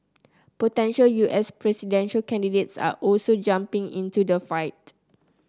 potential U S presidential candidates are also jumping into the fight